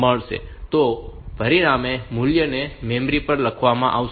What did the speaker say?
તો પરિણામે મૂલ્યને મેમરી પર લખવામાં આવશે